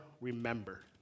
remember